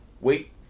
Wait